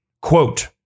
Quote